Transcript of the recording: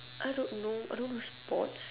I don't know I don't do sports